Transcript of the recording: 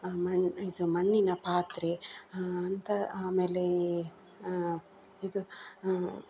ಆಮೇಲೆ ಇದು ಮಣ್ಣಿನ ಪಾತ್ರೆ ಅಂಥ ಆಮೇಲೆ ಇದು